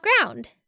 ground